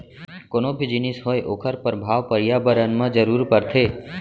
कोनो भी जिनिस होवय ओखर परभाव परयाबरन म जरूर परथे